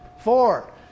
Four